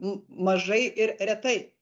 mažai ir retai